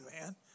man